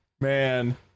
man